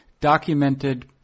documented –